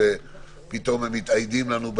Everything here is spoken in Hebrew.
שפתאום מתאיידת לנו.